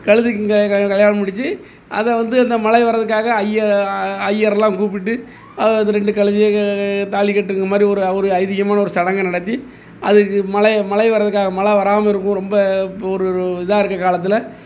கழுதைக்கும் க க கல்யாணம் முடித்து அதை வந்து அந்த மழை வர்றக்காக ஐய ஐயர்லாம் கூப்பிட்டு அது அந்த ரெண்டு கழுதைங்க தாலி கட்டுற மாதிரி ஒரு அவர் ஐதீகமா ஒரு சடங்கை நடத்தி அதுக்கு மழைய மழை வர்றதுக்காக மழை வராமல் இருக்கும் ரொம்ப ஒரு இதாக இருக்கற காலத்தில்